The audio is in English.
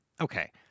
okay